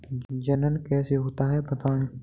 जनन कैसे होता है बताएँ?